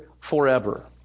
forever